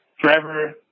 forever